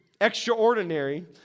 extraordinary